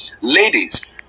ladies